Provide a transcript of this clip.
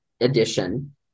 edition